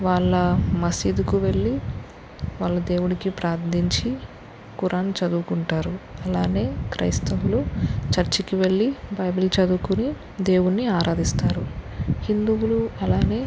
వాళ్ళ మసీదుకు వెళ్ళి వాళ్ళ దేవుడికి ప్రార్థించి ఖురాన్ చదువుకుంటారు అలానే క్రైస్తవులు చర్చికి వెళ్ళి బైబిల్ చదువుకుని దేవుణ్ణి ఆరాధిస్తారు హిందువులు అలాగే